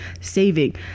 saving